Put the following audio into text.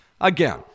again